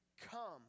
come